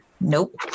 nope